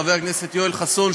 חבר הכנסת יואל חסון,